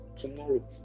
tomorrow